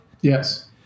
yes